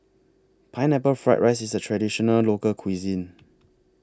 Pineapple Fried Rice IS A Traditional Local Cuisine